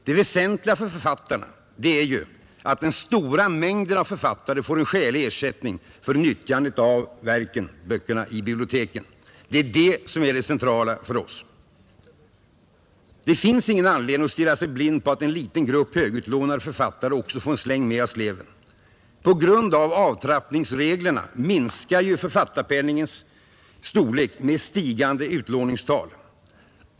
Det väsentliga är att den stora mängden av författare får en skälig ersättning för nyttjandet av böckerna i biblioteken. Det är det som är det centrala. Det finns ingen anledning att stirra sig blind på att en liten grupp författare med höga inkomster också får en släng med av sleven. På grund av avtrappningsreglerna minskar också författarpenningens storlek med stigande utlåningstal.